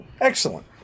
Excellent